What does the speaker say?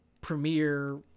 premiere